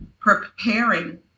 preparing